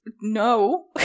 No